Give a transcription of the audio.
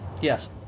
Yes